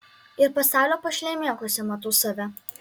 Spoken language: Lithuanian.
ir pasaulio pašlemėkuose matau save